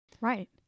Right